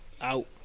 out